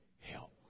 help